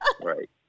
right